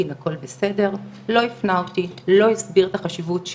אנחנו מדברים על רפואה מותאמת אישית ואנחנו חושבים